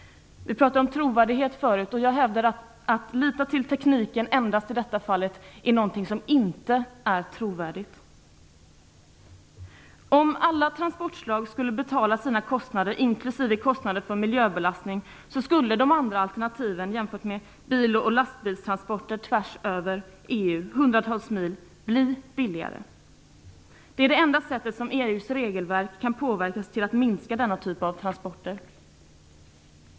Vi pratade förut om trovärdighet. Jag hävdar att det inte är trovärdigt att endast lita till tekniken i detta fall. Om alla transportslag skulle betala sina kostnader inklusive kostnader för miljöbelastning, skulle andra alternativ än bil och lastbilstransporter tvärs över EU, hundratals mil, bli billigare. Det är det enda sättet att påverka EG:s regelverk till att minska denna typ av transporter.